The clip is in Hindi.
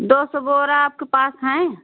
दो सौ बोरा आपके पास हैं